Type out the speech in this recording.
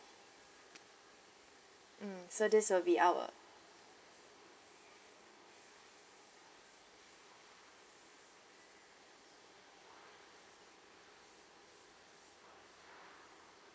mm so this will be our